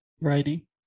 Righty